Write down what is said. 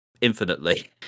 infinitely